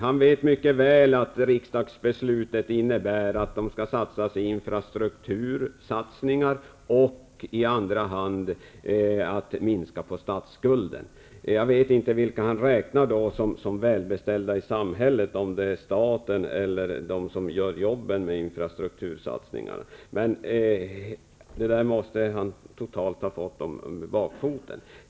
Han vet mycket väl att riksdagsbeslutet innebär att dessa pengar skall satsas i infrastruktur och i andra hand användas för att minska statsskulden. Jag vet inte vilka han räknar som välbeställda i samhället -- om det är staten eller de som gör jobbet med satsningarna på infrastruktur. Men det där måste han ha fått totalt om bakfoten.